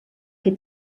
fer